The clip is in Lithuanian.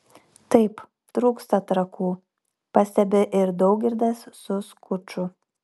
taip trūksta trakų pastebi ir daugirdas su skuču